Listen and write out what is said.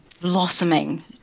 blossoming